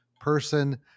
person